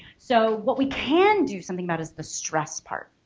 so what we can do something about is the stress part.